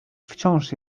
wciąż